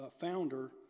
founder